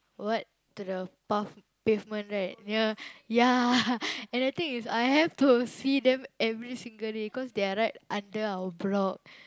what to the path pavement right ya ya and the thing is I have to see them every single day cause they are right under our block